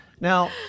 Now